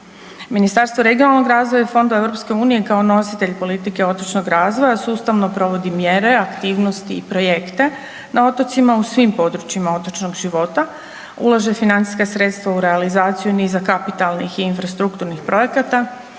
Ministarstvo regionalnog razvoja i fondova EU kao nositelj politike otočnog razvoja sustavno provodi mjere, aktivnosti i projekte na otocima u svim područjima otočnog života, ulaže financijska sredstva u realizaciju niza kapitalnih i infrastrukturnih projekata,